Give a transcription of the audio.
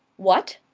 what!